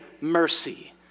mercy